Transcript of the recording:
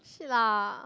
shit lah